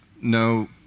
No